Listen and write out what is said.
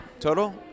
Total